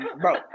Bro